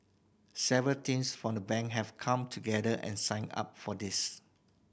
several teams from the Bank have come together and signed up for this